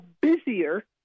busier